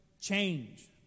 change